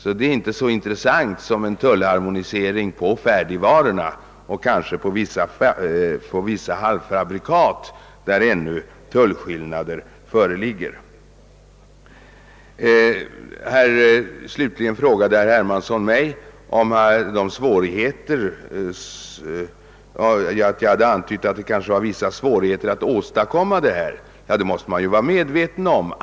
Den är därför inte så intressant som en tullharmonisering på färdigvaror och kanske på vissa halvfabrikat, där tullskillnader ännu föreligger. Herr Hermansson nämnde att jag hade antytt att det fanns vissa svårigheter att åstadkomma detta. Ja, det måste man naturligtvis vara medveten om.